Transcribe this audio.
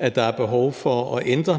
at der er behov for at ændre